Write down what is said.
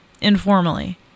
informally